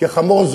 כי החמור,